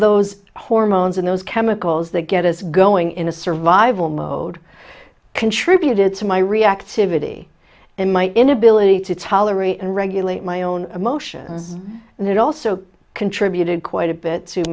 those hormones and those chemicals that get us going in a survival mode contributed to my reactivity in my inability to tolerate and regulate my own emotions and it also contributed quite a bit to